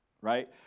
right